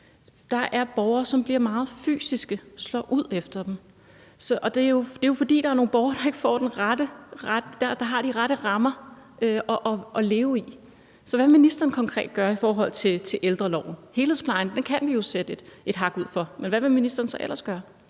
Der er borgere, som bliver meget fysiske, slår ud efter de ansatte, og det er jo, fordi der er nogle borgere, der ikke har de rette rammer at leve i. Så hvad vil ministeren konkret gøre i forhold til ældreloven? Helhedsplejen kan vi jo sætte et hak ud for, men hvad vil ministeren så ellers gøre?